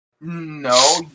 No